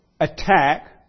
attack